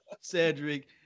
Cedric